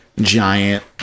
giant